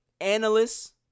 analysts